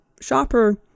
shopper